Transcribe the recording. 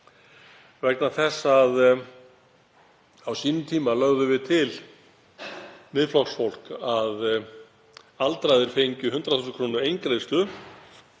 vegna þess að á sínum tíma lögðum við Miðflokksfólk til að aldraðir fengju 100.000 kr. eingreiðslu